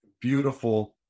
beautiful